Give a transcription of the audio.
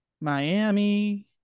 Miami